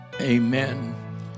Amen